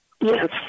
Yes